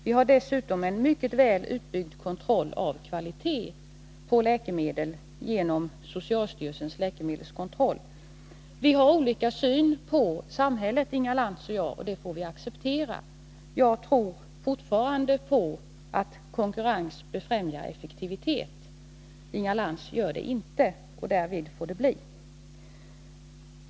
Vi har dessutom en mycket väl utbyggd kontroll av kvalitet på läkemedel genom socialstyrelsens läkemedelskontroll. Inga Lantz och jag har olika syn på samhället. Det får vi acceptera. Jag tror fortfarande på att konkurrens befrämjar effektivitet. Inga Lantz gör det inte. Därvid får det bli.